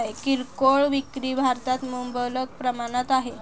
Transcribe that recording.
किरकोळ विक्री भारतात मुबलक प्रमाणात आहे